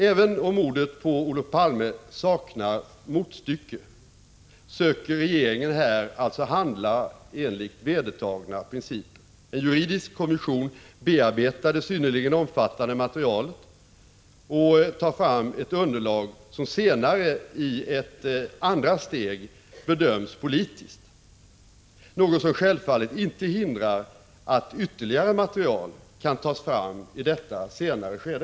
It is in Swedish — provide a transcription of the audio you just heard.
Även om mordet på Olof Palme saknar motstycke söker regeringen här alltså handla enligt vedertagna principer: en juridisk kommission bearbetar det synnerligen omfattande materialet och tar fram ett underlag som senare, i ett andra steg, bedöms politiskt — något som självfallet inte hindrar att ytterligare material kan tas fram i detta senare skede.